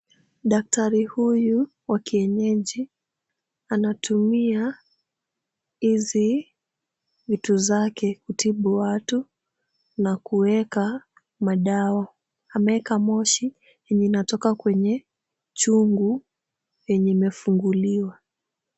Daktari huyu wa kienyeji anatumia hizi vitu zake kutibu watu na kuweka madawa. Ameweka moshi yenye inatoka kwenye chungu yenye imefunguliwa.